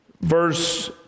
verse